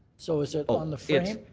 so is it on the frame?